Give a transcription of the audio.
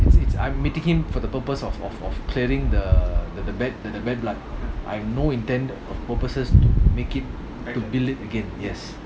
it's it's I'm meeting him for the purpose of of of clearing the the the bet the the bet lah that I have no intent of purposes to make it again yes